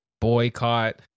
boycott